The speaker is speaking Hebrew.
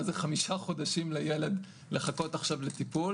מה זה חמישה חודשים לילד לחכות עכשיו לטיפול,